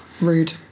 rude